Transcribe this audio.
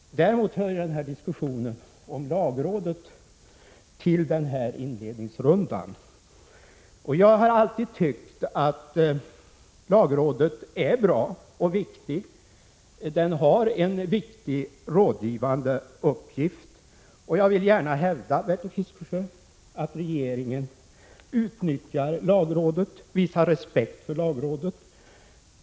Däremot hör diskussionen om lagrådet till inledningsrundan. Jag har alltid tyckt att lagrådet är bra och att det har en viktig rådgivande uppgift. Jag vill gärna hävda, Bertil Fiskesjö, att regeringen utnyttjar och visar respekt för lagrådet.